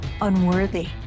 unworthy